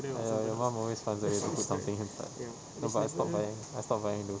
ya ya your mum always pas~ that to put something inside but but I stopped buying I stopped buying though